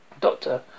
Doctor